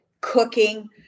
cooking